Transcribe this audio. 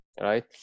right